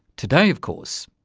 today, of course,